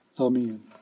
amen